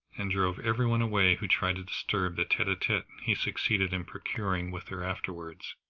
and drove every one away who tried to disturb the tete-a-tete he succeeded in procuring with her afterwards.